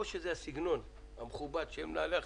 אז או שזה הסגנון המכובד של מנהלי החברות,